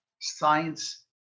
science